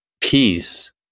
peace